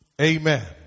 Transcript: Amen